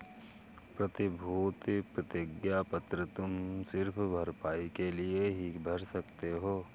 प्रतिभूति प्रतिज्ञा पत्र तुम सिर्फ भरपाई के लिए ही भर सकते हो